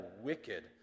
wicked